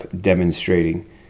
demonstrating